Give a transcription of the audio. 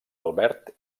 albert